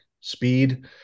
speed